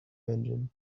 engine